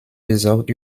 besorgt